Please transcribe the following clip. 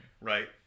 right